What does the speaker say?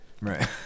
Right